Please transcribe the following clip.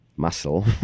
muscle